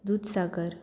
Dudhsagar